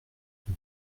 dont